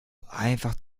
einfach